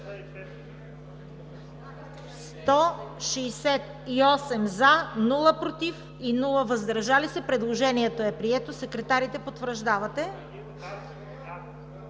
168 за, против и въздържали се няма. Предложението е прието. Секретарите потвърждават.